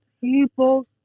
people